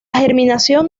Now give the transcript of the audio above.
germinación